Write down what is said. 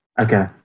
Okay